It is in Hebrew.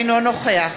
אינו נוכח